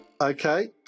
Okay